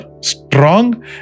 strong